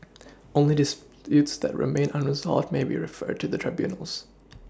only disputes that remain unresolved may be referred to the tribunals